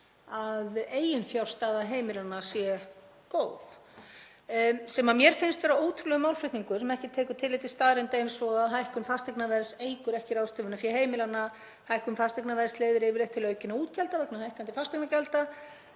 að eiginfjárstaða heimilanna sé góð. Það finnst mér vera ótrúlegur málflutningur sem ekki tekur tillit til staðreynda eins og að hækkun fasteignaverðs eykur ekki ráðstöfunarfé heimilanna, hækkun fasteignaverðs leiðir yfirleitt til aukinna útgjalda vegna hækkandi fasteignagjalda,